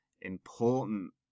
important